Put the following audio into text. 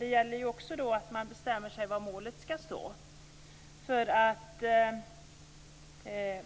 Det gäller ju också att man bestämmer sig för vad målet skall vara.